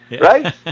right